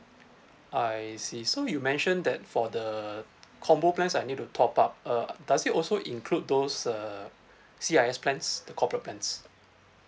I see so you mentioned that for the combo plans I need to top up uh does it also include those uh C_I_S plans the corporate plans